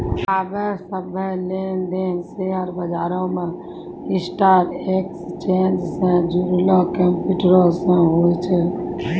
आबे सभ्भे लेन देन शेयर बजारो मे स्टॉक एक्सचेंज से जुड़लो कंप्यूटरो से होय छै